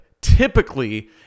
Typically